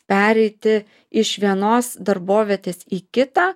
pereiti iš vienos darbovietės į kitą